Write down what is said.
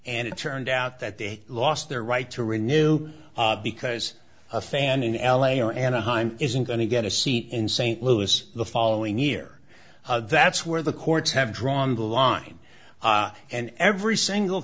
and it turned out that they lost their right to renew because a fan in l a or anaheim isn't going to get a seat in st louis the following year that's where the courts have drawn the line and every single